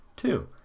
Two